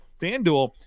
FanDuel